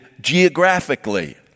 geographically